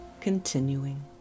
continuing